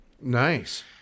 Nice